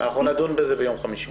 אנחנו נדון בזה ביום חמישי.